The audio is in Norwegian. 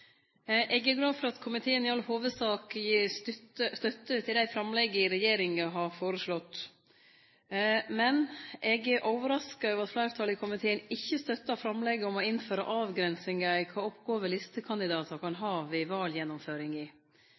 Eg er glad for at komiteen i all hovudsak gir støtte til framlegga frå regjeringa. Men eg er overraska over at fleirtalet i komiteen ikkje støttar framlegget om å innføre avgrensingar i kva oppgåver listekandidatar kan ha ved valgjennomføringa. Som kjent vart OSSE invitert til å observere gjennomføringa av stortingsvalet i